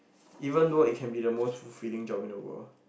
even though it can be the most fulfilling job in the world